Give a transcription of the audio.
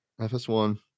FS1